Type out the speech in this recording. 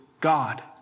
God